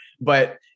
but-